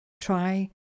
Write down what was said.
Try